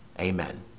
Amen